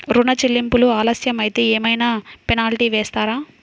ఋణ చెల్లింపులు ఆలస్యం అయితే ఏమైన పెనాల్టీ వేస్తారా?